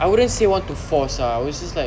I wouldn't say want to force ah it was just like